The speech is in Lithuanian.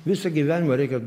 visą gyvenimą reikia